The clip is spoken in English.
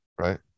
right